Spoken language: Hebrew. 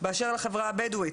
באשר לחברה הבדואית,